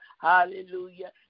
Hallelujah